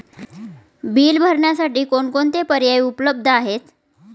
Bill भरण्यासाठी कोणकोणते पर्याय उपलब्ध आहेत?